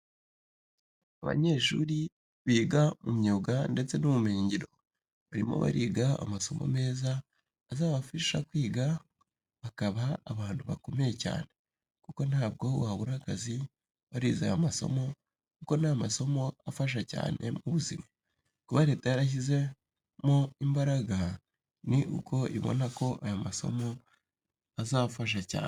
Abanyeshuri biga mu myuga ndetse n'ubumenyingiro barimo bariga amasomo meza azabafasha kwiga bakaba abantu bakomeye cyane kuko ntabwo wabura akazi warize aya masomo kuko ni amasomo afasha cyane mu buzima. Kuba leta yarashyizemo imbaraga ni uko ibona ko aya masomo azafasha cyane.